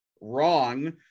wrong